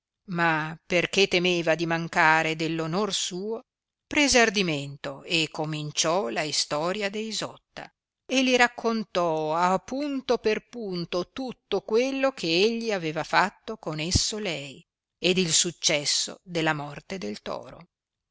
ma perchè temeva di mancare dell onor suo prese ardimento e cominciò la istoria de isotta e li raccontò a punto per punto tutto quello che egli aveva fatto con esso lei ed il successo della morte del toro